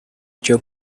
job